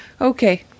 Okay